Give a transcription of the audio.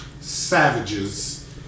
savages